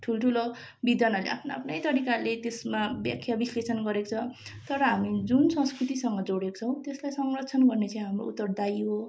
ठुल ठुलो विद्वान्हरूले आफ्नो आफ्नै तरिकाले त्यसमा व्याख्या विश्लेषण गरेको छ तर हामी जुन संस्कृतिसँग जोडिएको छौँ त्यसलाई संरक्षण गर्ने चाहिँ हाम्रो उत्तरदायी हो